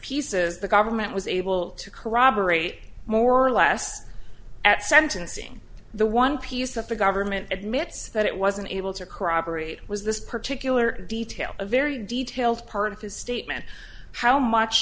pieces the government was able to corroborate more or less at sentencing the one piece that the government admits that it wasn't able to corroborate was this particular detail a very detailed part of his statement how much